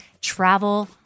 travel